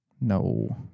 No